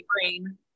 brain